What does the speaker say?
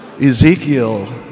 Ezekiel